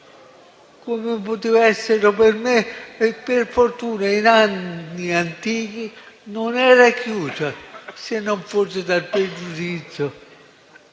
come poteva esserlo per me; per fortuna in anni antichi non era chiusa, se non forse dal pregiudizio